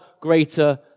greater